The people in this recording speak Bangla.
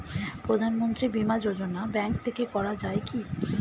প্রধানমন্ত্রী বিমা যোজনা ব্যাংক থেকে করা যায় কি?